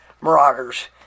Marauders